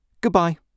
Goodbye